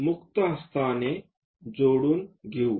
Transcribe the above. तर आपण मुक्त हस्ताने जोडून घेऊ